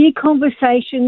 conversations